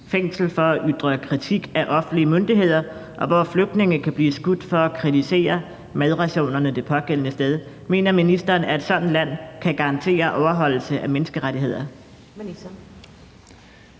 fængsel for at ytre kritik af offentlige myndigheder, og hvor flygtninge kan blive skudt for at kritisere madrationerne det pågældende sted, kan garantere overholdelse af menneskerettigheder?